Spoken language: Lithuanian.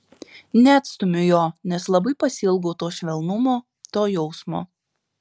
neatstumiu jo nes labai pasiilgau to švelnumo to jausmo